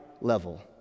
level